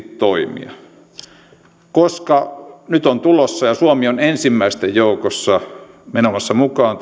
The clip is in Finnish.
toimia reilusti nyt on tulossa tämä automaattinen tietojenvaihtojärjestelmä ja suomi on ensimmäisten joukossa menossa mukaan